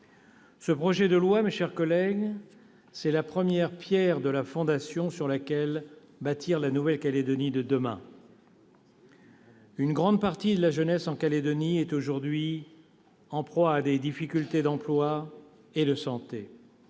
Ce projet de loi, mes chers collègues, c'est la première pierre de la fondation sur laquelle bâtir la Nouvelle-Calédonie de demain. Une grande partie de la jeunesse en Nouvelle-Calédonie est aujourd'hui en proie à des difficultés d'emploi et de santé.